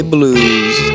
Blues